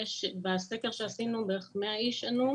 בסקר שעשינו בערך 100 איש ענו.